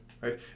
right